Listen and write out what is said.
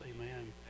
Amen